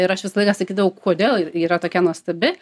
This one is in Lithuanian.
ir aš visą laiką sakydavau kodėl ji yra tokia nuostabi